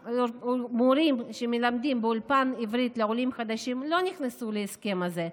מורים שמלמדים באולפן עברית לעולים חדשים לא נכנסו להסכם הזה.